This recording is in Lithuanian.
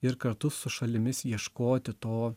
ir kartu su šalimis ieškoti to